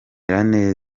bamwe